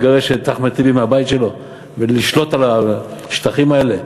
לגרש את אחמד טיבי מהבית שלו ולשלוט על השטחים האלה?